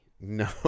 No